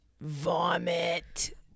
vomit